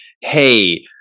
hey